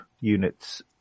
units